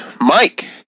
Mike